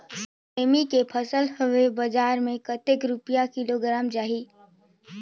सेमी के फसल हवे बजार मे कतेक रुपिया किलोग्राम जाही?